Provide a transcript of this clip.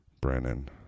Brennan